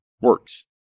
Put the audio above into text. works